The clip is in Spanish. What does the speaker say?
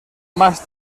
más